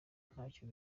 ntacyo